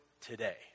today